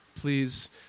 please